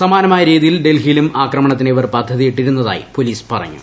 സമാനമായ രീതിയിൽ ഡൽഹിയിലും ആക്രമണത്തിന് ഇവർ പദ്ധതിയിട്ടിരുന്നതായി പൊലീസ് പറഞ്ഞു